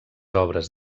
obres